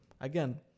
again